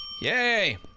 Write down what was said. Yay